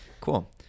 Cool